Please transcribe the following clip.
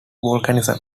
volcanism